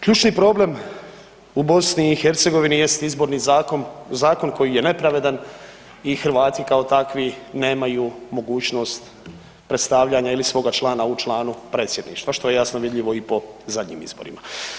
Ključni problem u BiH jest Izborni zakon koji je nepravedan i Hrvati kao takvi nemaju mogućnost predstavljanja ili svoga člana u članu predsjedništva, kao što je jasno vidljivo i po zadnjim izborima.